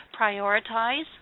prioritize